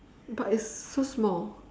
but it's so small